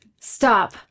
Stop